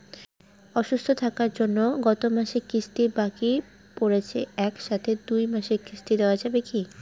অসুস্থ থাকার জন্য গত মাসের কিস্তি বাকি পরেছে এক সাথে দুই মাসের কিস্তি দেওয়া যাবে কি?